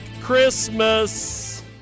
Christmas